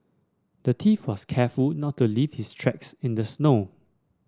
the thief was careful not to leave his tracks in the snow